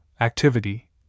activity